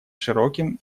широким